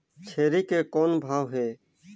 छेरी के कौन भाव हे?